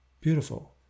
beautiful